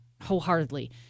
wholeheartedly